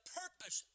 purpose